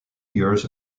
years